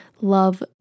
love